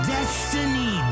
Destiny